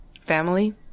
family